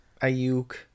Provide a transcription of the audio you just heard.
Ayuk